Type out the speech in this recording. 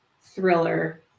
thriller